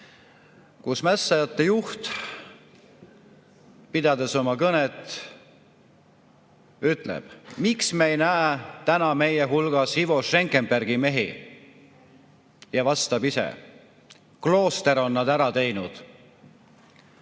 kus mässajate juht, pidades oma kõnet, ütleb: "Miks me ei näe täna meie hulgas Ivo Schenkenbergi mehi?" Ja vastab ise: "Klooster on nad ära